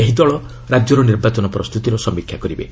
ଏହି ଦଳ ରାଜ୍ୟର ନିର୍ବାଚନ ପ୍ରସ୍ତୁତିର ସମୀକ୍ଷା କରିବେ